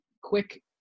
quick